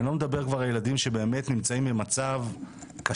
ואני לא מדבר כבר על ילדים שבאמת נמצאים במצב קשה